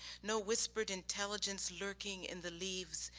no whispered intelligence lurking in the leaves,